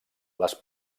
les